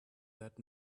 that